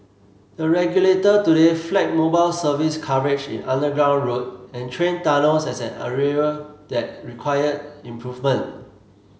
the regulator today flagged mobile service coverage in underground road and train tunnels as an area that required improvement